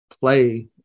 play